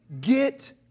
get